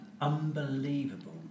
unbelievable